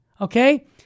okay